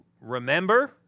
Remember